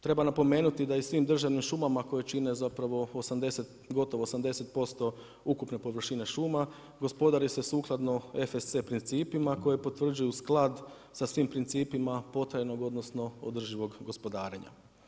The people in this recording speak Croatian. Treba napomenuti da i svim državnim šumama koje čine zapravo gotovo 80% ukupne površine šuma gospodari se sukladno FSC principima koje potvrđuju sklad sa svim principima potajnog, odnosno održivog gospodarenja.